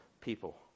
people